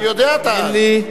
תאמין לי,